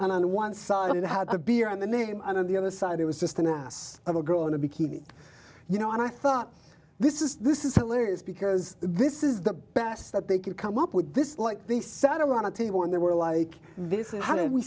and on one side and had a beer on the name and on the other side it was just an ass of a girl in a bikini you know and i thought this is this is hilarious because this is the best that they could come up with this like this sat around a table and they were like this is how did we